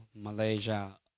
Malaysia